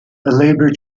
labour